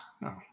No